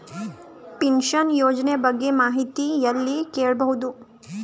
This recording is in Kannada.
ಪಿನಶನ ಯೋಜನ ಬಗ್ಗೆ ಮಾಹಿತಿ ಎಲ್ಲ ಕೇಳಬಹುದು?